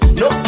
no